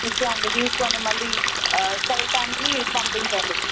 okay అండి తీసుకోండి మళ్ళీ కరెక్ట్ టయానికి పంపించండి